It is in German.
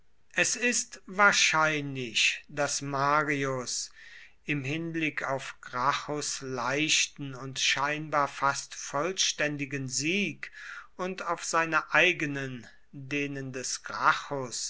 es ist wahrscheinlich daß marius im hinblick auf gracchus leichten und scheinbar fast vollständigen sieg und auf seine eigenen denen des